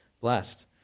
blessed